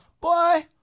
boy